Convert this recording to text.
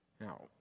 Now